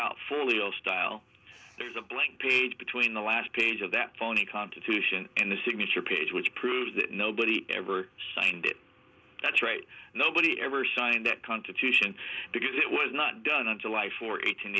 legal style there's a blank page between the last page of that phony constitution and the signature page which proves that nobody ever signed it that's right nobody ever signed that constitution because it was not done in july for eight